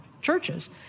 churches